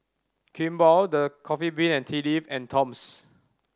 Kimball The Coffee Bean and Tea Leaf and Toms